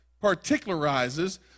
particularizes